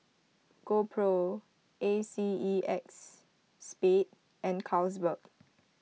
GoPro A C E X Spade and Carlsberg